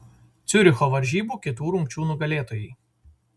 ciuricho varžybų kitų rungčių nugalėtojai